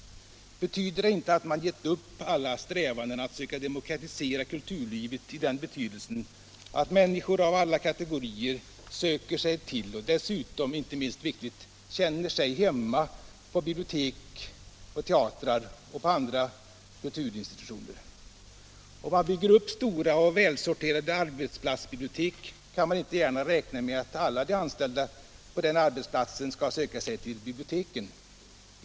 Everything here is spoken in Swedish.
Betyder det inte att man ger upp alla strävanden att söka demokratisera kulturlivet i den betydelsen att människor av alla kategorier söker sig till och — inte minst viktigt — känner sig hemma på bibliotek, teatrar och andra kulturinstitutioner? Om man bygger upp stora och välsorterade arbetsplatsbibliotek kan man inte gärna räkna med att alla de anställda på den arbetsplatsen söker sig till biblioteket.